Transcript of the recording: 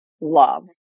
love